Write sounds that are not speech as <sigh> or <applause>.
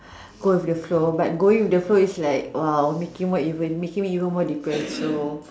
<breath> go with the flow but go with the flow is late !wow! making more even making me more depressed so